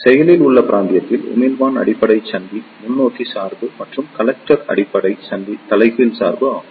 செயலில் உள்ள பிராந்தியத்தில் உமிழ்ப்பான் அடிப்படை சந்தி முன்னோக்கி சார்பு மற்றும் கலெக்டர் அடிப்படை சந்தி தலைகீழ் சார்பு ஆகும்